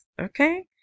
Okay